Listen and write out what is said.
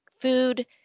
food